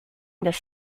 this